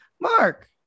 Mark